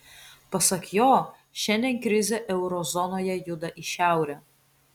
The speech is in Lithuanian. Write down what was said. pasak jo šiandien krizė euro zonoje juda į šiaurę